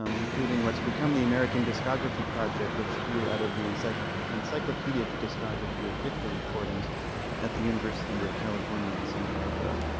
um including what's become the american discography project, which grew out of the and so like encyclopedia discography of recordings at the university of california in santa barbara,